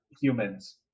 humans